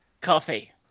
Coffee